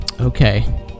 Okay